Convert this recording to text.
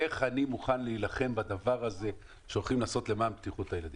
איך אני מוכן להילחם בדבר הזה שהולכים לעשות למען בטיחות הילדים.